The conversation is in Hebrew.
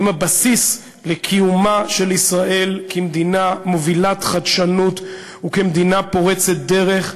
היא הבסיס לקיומה של ישראל כמדינה מובילת חדשנות וכמדינה פורצת דרך,